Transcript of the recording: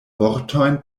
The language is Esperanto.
vortojn